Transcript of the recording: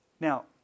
Now